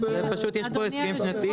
פשוט יש להם פה הסכם שנתי,